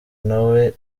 nawe